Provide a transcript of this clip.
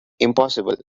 impossible